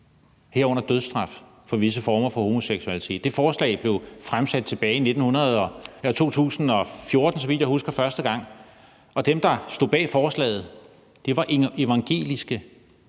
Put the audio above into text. herunder dødsstraf for visse former for homoseksualitet. Det forslag blev, så vidt jeg husker, fremsat første gang tilbage i 2014, og dem, der stod bag forslaget, var evangeliske,